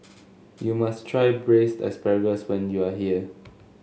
you must try Braised Asparagus when you are here